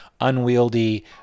unwieldy